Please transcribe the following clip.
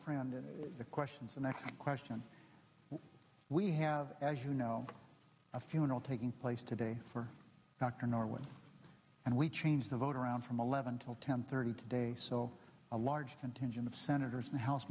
friend in the questions and i question we have as you know a funeral taking place today for dr norman and we change the vote around from eleven till ten thirty today so a large contingent of senators and house